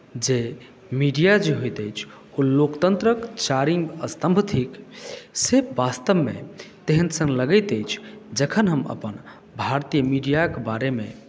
जे मीडिया जे होइत अछि ओ लोकतन्त्रक चारिम स्तम्भ थिक से वास्तवमे तेहन सन लगैत अछि जखन हम अपन भारतीय मीडियाक बारेमे